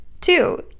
Two